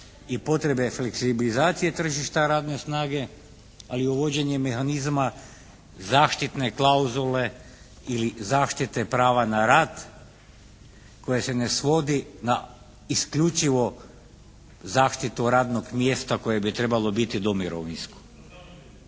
i potrebe fleksibilizacije tržišta radne snage, ali i uvođenje mehanizama zaštitne klauzule ili zaštite prava na rad koje se ne svodi na isključivo zaštitu radnog mjesta koje bi trebalo biti domirovinsko.